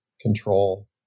control